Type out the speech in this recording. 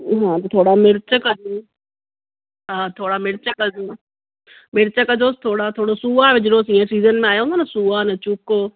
हा त थोरा मिर्चु कजोसि हा थोरा मिर्चु कजोसि मिर्च कजोसि थोरा थोरा सूआ विझिजोसि हीअंर सीज़न आहियो हुंदा न सूआ न चूको